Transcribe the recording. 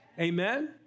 Amen